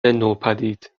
نوپدید